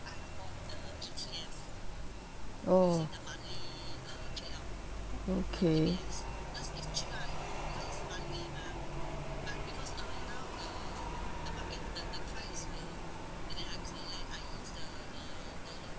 oh okay